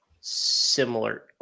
similar